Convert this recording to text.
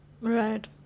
Right